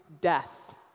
death